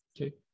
Okay